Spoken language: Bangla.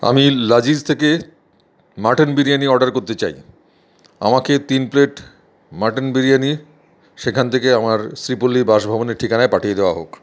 আমি লাজিজ থেকে মাটন বিরিয়ানি অর্ডার করতে চাই আমাকে তিন প্লেট মাটন বিরিয়ানি সেখান থেকে আমার শ্রীপল্লির বাসভবনের ঠিকানায় পাঠিয়ে দেওয়া হোক